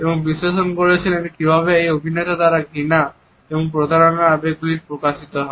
এবং বিশ্লেষণ করেছেন কিভাবে এই অভিনেতা দ্বারা ঘৃণা এবং প্রতারণার আবেগগুলি প্রকাশিত হয়